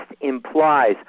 implies